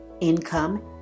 income